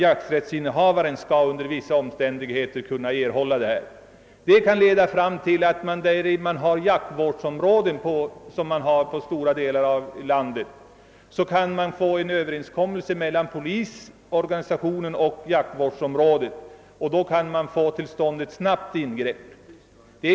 Jakträttsinnehavaren skall sålunda under vissa omständigheter kunna erhålla fallviltet. I trakter där jaktvårdsområden finns, kan man genom överenskommelse mellan polisorganisationen och jaktvårdsområdet åstadkomma ett snabbt ingripande.